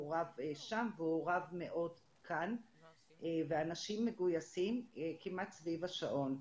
הוא רב שם והוא רב מאוד כאן ואנשים מגויסים כמעט סביב השעון.